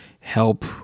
help